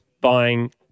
buying